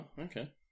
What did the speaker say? okay